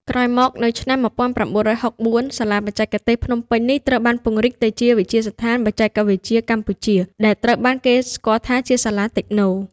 ក្រោយមក នៅឆ្នាំ ១៩៦៤ សាលាបច្ចេកទេសភ្នំពេញនេះត្រូវបានពង្រីកទៅជា វិទ្យាស្ថានបច្ចេកវិទ្យាកម្ពុជា ដែលត្រូវបានគេស្គាល់ថាជា សាលាតិចណូ។